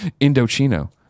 Indochino